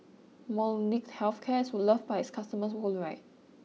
Molnylcke health cares who loved by its customers worldwide